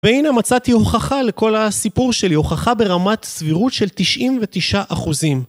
והנה מצאתי הוכחה לכל הסיפור שלי, הוכחה ברמת סבירות של 99%.